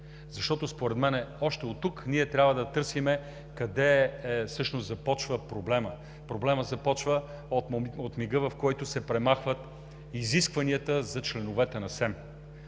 защото според мен още оттук ние трябва да търсим къде всъщност започва проблемът. Проблемът започва от мига, в който се премахват изискванията за членовете на СЕМ.